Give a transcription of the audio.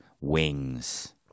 wings